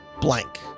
blank